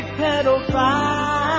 pedophile